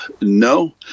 no